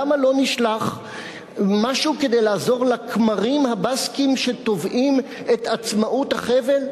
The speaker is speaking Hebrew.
למה לא נשלח משהו כדי לעזור לכמרים הבסקים שתובעים את עצמאות החבל?